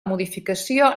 modificació